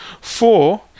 four